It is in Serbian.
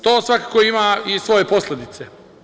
To svakako ima i svoje posledice.